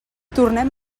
tornem